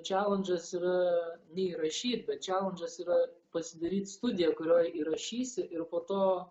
čelandžas yra ne įrašyt bet čelandžas yra pasidaryt studiją kurioj įrašysi ir po to